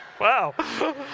wow